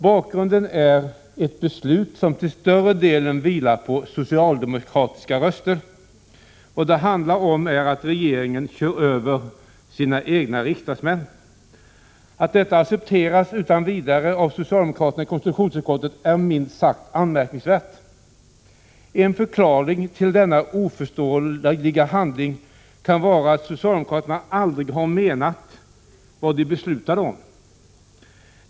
Bakgrunden är ett beslut som till större delen vilar på socialdemokratiska röster. Vad det handlar om är att regeringen kör över sina egna riksdagsmän. Att detta accepteras utan vidare av socialdemokraterna i konstitutionsutskottet är minst sagt anmärkningsvärt. En förklaring till detta oförståeliga handlande kan vara att socialdemokraterna aldrig har menat vad de beslutat om.